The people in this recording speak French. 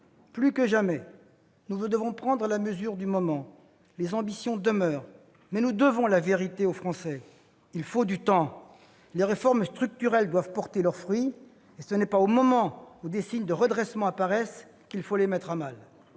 Plus que jamais, nous devons prendre la mesure du moment. Les ambitions demeurent, mais nous devons la vérité aux Français : il faut du temps. Les réformes structurelles doivent pouvoir porter leurs fruits, et ce n'est pas au moment où des signes de redressement apparaissent qu'il faut les mettre à mal.